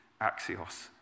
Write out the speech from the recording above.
Axios